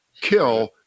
kill